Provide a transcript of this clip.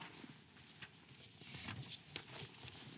Kiitos,